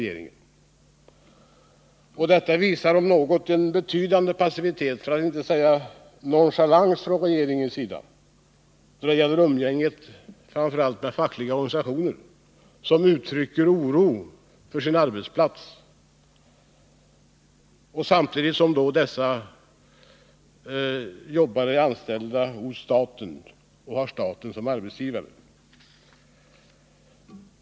Detta visar om något en betydande passivitet, för att inte säga nonchalans, från regeringens sida då det gäller umgänget med framför allt fackliga organisationer som uttrycker oro för sin arbetsplats — fackliga organisationer som företräder statligt anställda.